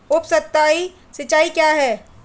उपसतही सिंचाई क्या है?